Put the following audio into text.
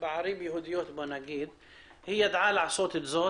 בערים היהודיות, היא ידעה לעשות את זה.